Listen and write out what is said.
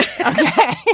Okay